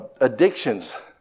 addictions